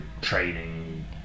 training